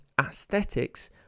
aesthetics